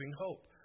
hope